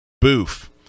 boof